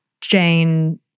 Jane